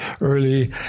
early